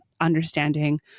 understanding